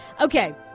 Okay